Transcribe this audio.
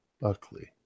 Buckley